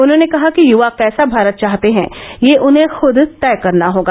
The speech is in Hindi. उन्होंने कहा कि युवा कैंसा भारत चाहते हैं यह उन्हें खूद तय करना होगा